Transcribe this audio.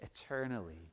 eternally